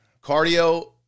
cardio